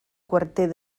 quarter